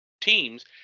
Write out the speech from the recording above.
teams